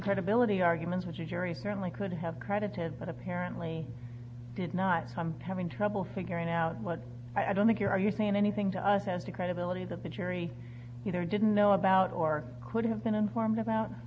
credibility arguments which a jury certainly could have credited but apparently did not come having trouble figuring out what i don't think you are you saying anything to us as to credibility that the jury you know didn't know about or could have been informed about